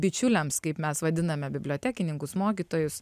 bičiuliams kaip mes vadiname bibliotekininkus mokytojus